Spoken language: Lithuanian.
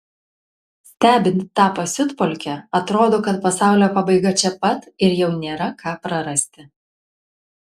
stebint tą pasiutpolkę atrodo kad pasaulio pabaiga čia pat ir jau nėra ką prarasti